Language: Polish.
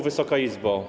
Wysoka Izbo!